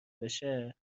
بشه